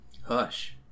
Hush